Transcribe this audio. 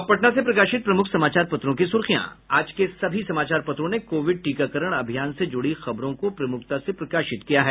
अब पटना से प्रकाशित प्रमुख समाचार पत्रों की सुर्खियां आज के सभी समाचार पत्रों ने कोविड टीकाकरण अभियान से जुड़ी खबरों को प्रमुखता से प्रकाशित किया है